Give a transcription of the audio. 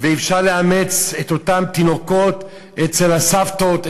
ואפשר לאמץ את אותם תינוקות אצל הסבתות,